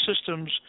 systems